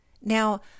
Now